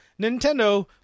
Nintendo